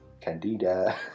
Candida